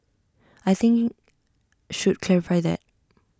I think should clarify that